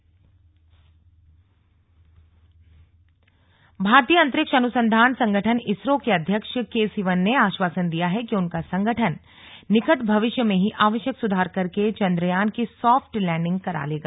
ईसरो भारतीय अंतरिक्ष अनुसंधान संगठन ईसरो के अध्यक्ष के सीवन ने आश्वासन दिया है कि उनका संगठन निकट भविष्य में ही आवश्यक सुधार करके चंद्रयान की सॉफ्ट लैंडिंग करा लेगा